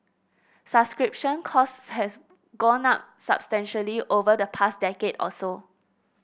subscription costs has gone up substantially over the past decade or so